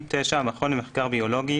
(9)המכון למחקר ביולוגי,